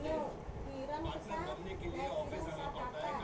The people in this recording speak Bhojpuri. का डॉक्यूमेंट लागेला?